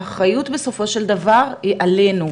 האחריות, בסופו של דבר, היא עלינו.